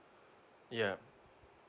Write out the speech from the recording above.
yeah